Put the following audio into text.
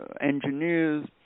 engineers